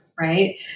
Right